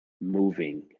moving